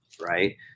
right